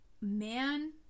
man